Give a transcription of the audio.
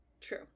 True